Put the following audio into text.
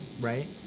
right